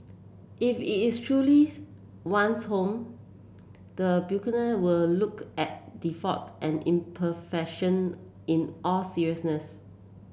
if it is one's home the were look at defaults and imperfection in all seriousness